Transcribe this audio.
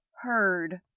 heard